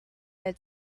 had